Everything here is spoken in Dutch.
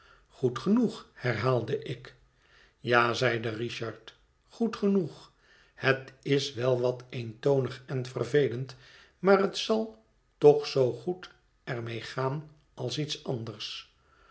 goed genoeg herhaalde ik ja zeide richard goed genoeg het is wel wat eentonig en vervelend maar het zal toch zoo goed er mee gaan als iets anders